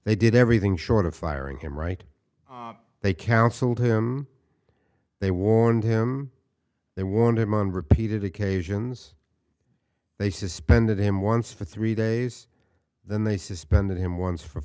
they did everything short of firing him right they counseled him they warned him they warned him on repeated occasions they suspended him once for three days then they suspended him once for